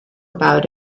about